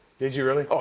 did you really? ah